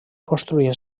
construint